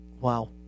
wow